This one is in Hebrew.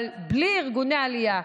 אבל בלי ארגוני עלייה,